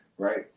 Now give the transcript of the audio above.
Right